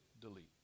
delete